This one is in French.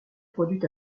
produite